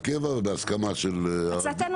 לוועדה כזאת ונושא